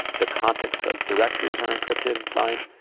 the context of directories are encrypted and signed.